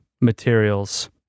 materials